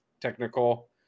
technical